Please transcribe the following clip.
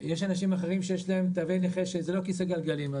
יש אנשים אחרים שיש להם תווי נכה שזה לא כיסא גלגלים.